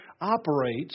operates